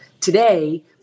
Today